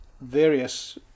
various